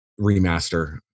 remaster